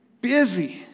Busy